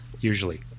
usually